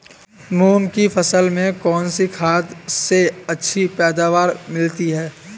मूंग की फसल में कौनसी खाद से अच्छी पैदावार मिलती है?